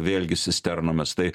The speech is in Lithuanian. vėlgi cisternomis tai